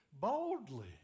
Boldly